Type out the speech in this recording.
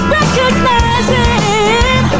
recognizing